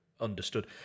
understood